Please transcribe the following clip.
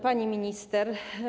Pani Minister!